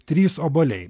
trys obuoliai